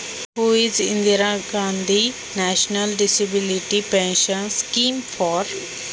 इंदिरा गांधी राष्ट्रीय अपंग निवृत्तीवेतन योजना कोणासाठी असते?